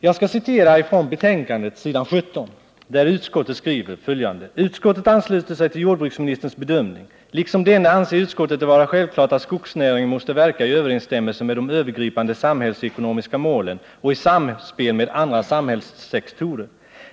Jag skall citera från betänkandet, s. 17, där jordbruksutskottet skriver följande: ”Utskottet ansluter sig till jordbruksministerns bedömning. Liksom denne anser utskottet det vara självklart att skogsnäringen måste verka i överensstämmelse med de övergripande samhällsekonomiska målen och i samspel med andra samhällssektorer.